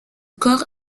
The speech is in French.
corps